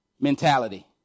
Mentality